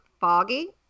foggy